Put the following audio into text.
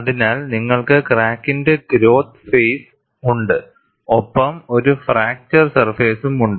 അതിനാൽ നിങ്ങൾക്ക് ക്രാക്കിന്റെ ഗ്രോത്ത് ഫേസ് ഉണ്ട് ഒപ്പം ഒരു ഫ്രാക്ചർ സർഫേസുമുണ്ട്